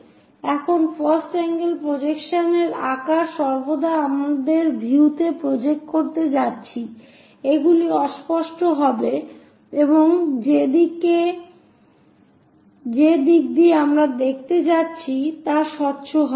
এখানে first angle projection এর আকার সর্বদা আমাদের ভিউতে প্রজেক্ট করতে যাচ্ছি সেগুলি অস্পষ্ট হবে এবং যে দিক দিয়ে আমরা দেখতে যাচ্ছি তা স্বচ্ছ হবে